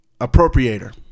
Appropriator